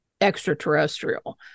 extraterrestrial